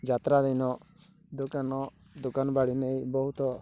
ଯାତ୍ରାଦିନ ଦୋକାନ ଦୋକାନ ବାଡ଼ି ନେଇ ବହୁତ